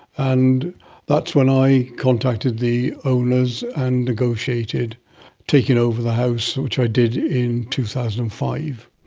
and that's when i contacted the owners and negotiated taking over the house, which i did in two thousand and five.